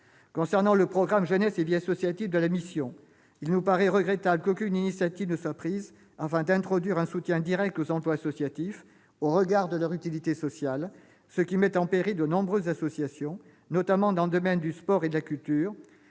Concernant le programme « Jeunesse et vie associative » de la mission, il nous paraît regrettable qu'aucune initiative ne soit prise, afin d'introduire un soutien direct aux emplois associatifs au regard de leur utilité sociale, ce qui met en péril de nombreuses associations, notamment dans le domaine du sport et de la culture,